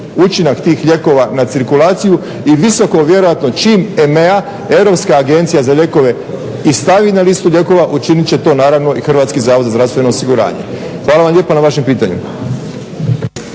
učinak tih lijekova na cirkulaciju i visoko vjerojatno čim EMEA Europska agencija za lijekove i stavi na listu lijekova učinit će to naravno i HZZO. Hvala vam lijepa na vašem pitanju.